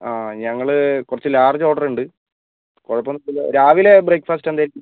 ആ ഞങ്ങൾ കുറച്ച് ലാർജ് ഓർഡറുണ്ട് കുഴപ്പം ഒന്നുമില്ലല്ലോ രാവിലെ ബ്രേക്ക്ഫാസ്റ്റ് എന്തായിരിക്കും